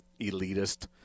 elitist